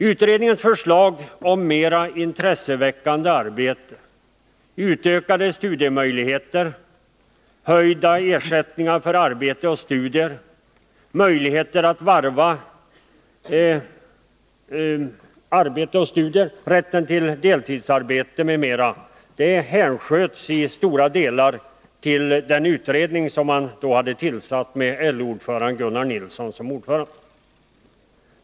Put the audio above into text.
Utredningens förslag om mera intresseväckande arbete, utökade studiemöjligheter, höjda ersättningar för arbete och studier, möjligheter att varva arbete och studier och rätt till deltidsarbete hänsköts till stora delar till den utredning man då hade tillsatt, med LO-ordföranden Gunnar Nilsson som ordförande.